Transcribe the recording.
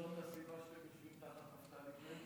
חשבתי שזאת הסיבה שאתם יושבים תחת נפתלי בנט.